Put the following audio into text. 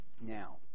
Now